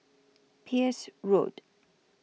Peirce Road